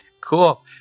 Cool